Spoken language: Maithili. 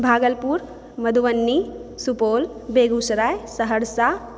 भागलपुर मधुबनी सुपौल बेगुसराय सहरसा